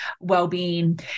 well-being